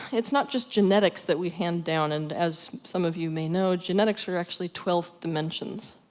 it's not just genetics that we hand down, and as some of you may know, genetics are actually twelve dimensions.